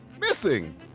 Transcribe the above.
Missing